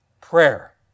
prayer